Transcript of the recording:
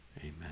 amen